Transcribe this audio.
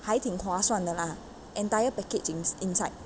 还挺划算的 lah entire package in~ inside